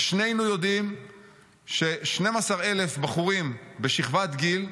ושנינו יודעים ש-12,000 בחורים בשכבת גיל,